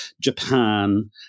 Japan